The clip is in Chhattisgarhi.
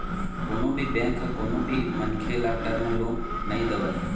कोनो भी बेंक ह कोनो भी मनखे ल टर्म लोन नइ देवय